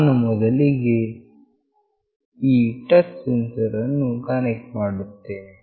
ನಾನು ಮೊದಲಿಗೆ ಈ ಟಚ್ ಸೆನ್ಸರ್ ಅನ್ನು ಕನೆಕ್ಟ್ ಮಾಡುತ್ತೇನೆ